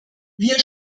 wir